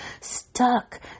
stuck